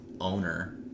owner